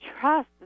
trust